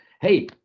hey